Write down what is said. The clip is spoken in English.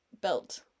belt